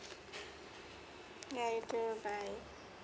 yeah you too bye